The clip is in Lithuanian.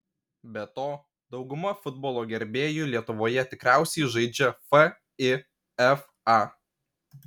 be to dauguma futbolo gerbėjų lietuvoje tikriausiai žaidžia fifa